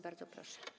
Bardzo proszę.